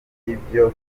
y’ibyo